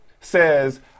says